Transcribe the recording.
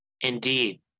Indeed